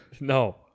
No